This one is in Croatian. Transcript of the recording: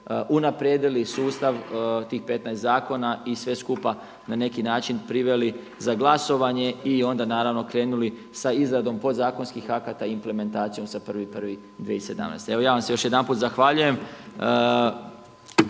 unaprijedili sustav tih 15 zakona i sve skupa na neki način priveli za glasovanje i onda naravno krenuli sa izradom podzakonskih akata i implementacijom s 1.1.2017. Evo ja vam se još jedanput zahvaljujem.